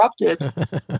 interrupted